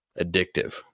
addictive